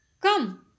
Come